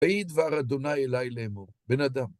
ויהי דבר אדוני אלי לאמור, בן אדם.